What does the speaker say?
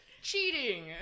cheating